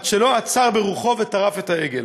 עד שלא עצר ברוחו וטרף את העגל.